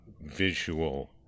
visual